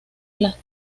las